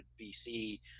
BC